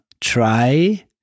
try